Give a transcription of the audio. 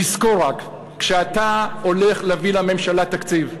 תזכור רק, כשאתה הולך להביא לממשלה תקציב,